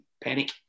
panic